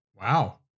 Wow